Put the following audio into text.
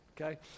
okay